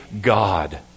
God